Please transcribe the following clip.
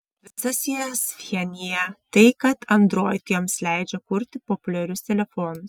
visas jas vienija tai kad android joms leidžia kurti populiarius telefonus